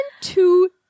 two